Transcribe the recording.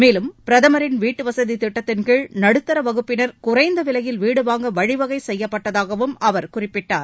மேலும் பிரதமரின் வீட்டுவசதி திட்டத்தின் கீழ் நடுத்தர வகுப்பினர் குறைந்த விலையில் வீடு வாங்க வழிவகை செய்யப்பட்டதாகவும் அவர் குறிப்பிட்டார்